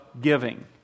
giving